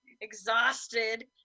exhausted